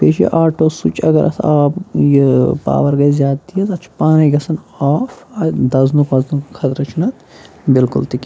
بیٚیہِ چھُ یہِ آٹوٗ سُچ اَگر اَتھ آب یہِ پاوَر گَژھِ زیادٕ تیز اَتھ چھُ پانَے گَژھان آف دَزنُک وَزنُک خطرٕ چھُنہٕ اَتھ بِلکُل تہِ